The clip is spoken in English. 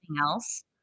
else